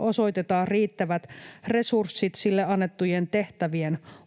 osoitetaan riittävät resurssit sille annettujen tehtävien hoitamiseksi”